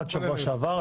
עד השבוע שעבר,